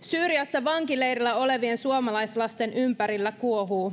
syyriassa vankileirillä olevien suomalaislasten ympärillä kuohuu